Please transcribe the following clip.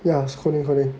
yeah it's coding coding